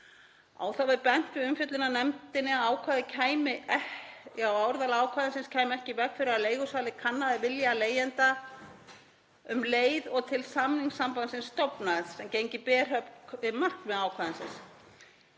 Á það var bent við umfjöllun í nefndinni að ákvæðið kæmi ekki í veg fyrir að leigusali kannaði vilja leigjenda um leið og til samningssambandsins stofnaðist, sem gengi í berhögg við markmið ákvæðisins.